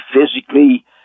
physically